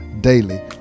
Daily